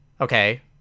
Okay